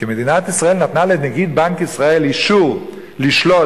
כי מדינת ישראל נתנה לנגיד בנק ישראל אישור לשלוט